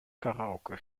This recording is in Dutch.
karaoke